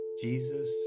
Jesus